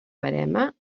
verema